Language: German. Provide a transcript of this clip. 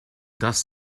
das